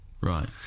Right